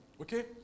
okay